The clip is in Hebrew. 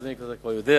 אדוני כבר יודע.